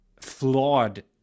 flawed